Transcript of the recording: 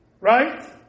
right